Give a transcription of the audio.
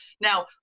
Now